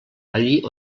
allí